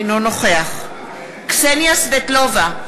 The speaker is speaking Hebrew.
אינו נוכח קסניה סבטלובה,